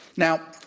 now,